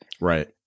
Right